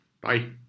Bye